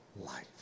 life